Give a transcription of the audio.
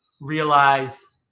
realize